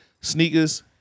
sneakers